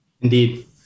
Indeed